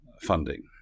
funding